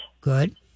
Good